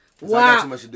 Wow